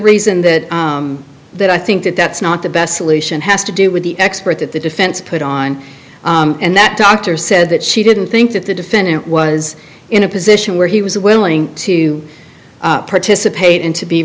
reason that that i think that that's not the best solution has to do with the expert that the defense put on and that doctor said that she didn't think that the defendant was in a position where he was willing to participate in to be